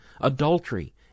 adultery